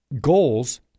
goals